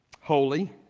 holy